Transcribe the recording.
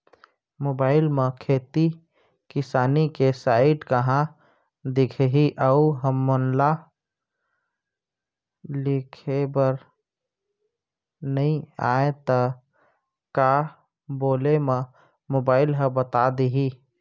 Mobile म खेती किसानी के साइट कहाँ दिखही अऊ हमला लिखेबर नई आय त का बोले म मोबाइल ह बता दिही?